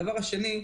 דבר שני,